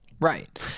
Right